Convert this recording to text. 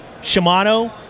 Shimano